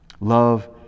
Love